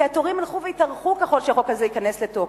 כי התורים ילכו ויתארכו ככל שהחוק הזה ייכנס לתוקף,